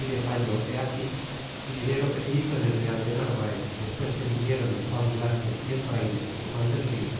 y dexallo he aquí y diré lo que se hizo en el real de narvaez despues que vinieron el juan velazquez y el frayle y juan del rio